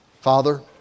Father